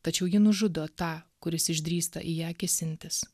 tačiau ji nužudo tą kuris išdrįsta į ją kėsintis